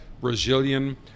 Brazilian